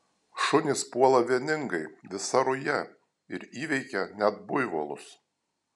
šunys puola vieningai visa ruja ir įveikia net buivolus